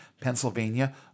Pennsylvania